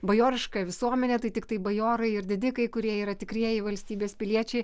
bajoriška visuomenė tai tiktai bajorai ir didikai kurie yra tikrieji valstybės piliečiai